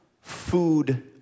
food